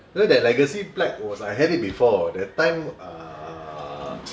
you know that legacy black was I had it before that time uh